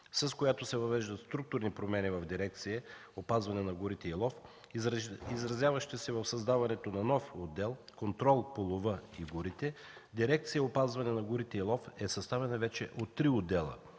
с която се въвеждат структурни промени в дирекция „Опазване на горите и лов”, изразяващи се в създаване на нов отдел „Контрол по лова и горите”, дирекция „Опазване на горите и лов” е съставена вече от три отдела.